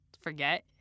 forget